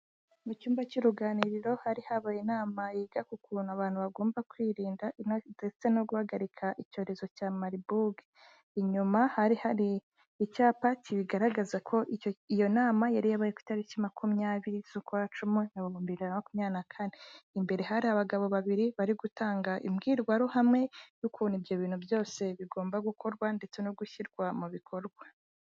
Mu cyumba cy'uruganiriro hari habaye inama yiga ku kuntu abantu bagomba kwirinda ndetse no guhagarika icyorezo cya maribogi, inyuma hari hari icyapa kibigaragaza ko iyo nama yari yabaye ku itariki makumyabiri z'ukwa cumi, ibihumbi bibiri na makumyabiri na kare, imbere hari abagabo babiri bari gutanga imbwirwaruhame n'ukuntu ibyo bintu byose bigomba gukorwa, ndetse no gushyirwa mu bikorwa.